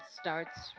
starts